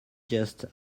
just